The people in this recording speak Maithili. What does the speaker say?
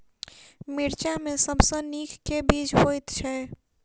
मिर्चा मे सबसँ नीक केँ बीज होइत छै?